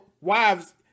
wives